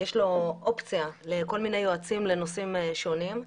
יש לו אופציה למנות יועצים לנושאים שונים,